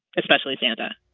especially santa